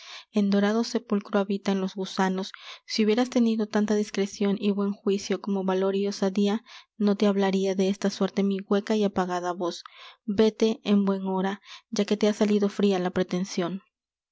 en dorado sepulcro habitan los gusanos si hubieras tenido tanta discrecion y buen juicio como valor y osadía no te hablaria de esta suerte mi hueca y apagada voz véte en buen hora ya que te ha salido fria la pretension